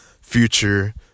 future